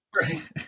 Right